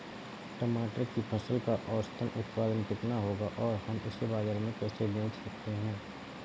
टमाटर की फसल का औसत उत्पादन कितना होगा और हम इसे बाजार में कैसे बेच सकते हैं?